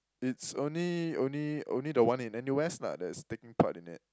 it's only only only the one in N_U_S lah that is taking part in it